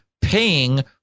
paying